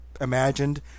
imagined